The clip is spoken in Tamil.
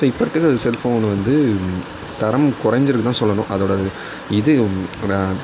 ஸோ இப்போ இருக்கிற செல்ஃபோன் வந்து தரம் குறைஞ்சிருக்குனு தான் சொல்லணும் அதோட இது அதான்